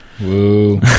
Woo